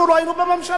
אנחנו לא היינו בממשלה.